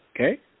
Okay